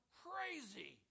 crazy